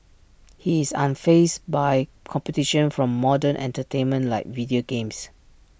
he is unfazed by competition from modern entertainment like video games